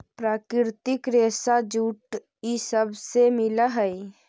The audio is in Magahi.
प्राकृतिक रेशा जूट इ सब से मिल हई